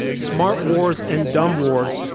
smart wars and dumb wars,